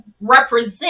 represent